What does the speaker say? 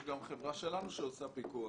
יש גם חברה שלנו שעושה פיקוח.